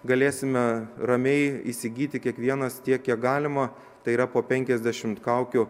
galėsime ramiai įsigyti kiekvienas tiek kiek galima tai yra po penkiasdešimt kaukių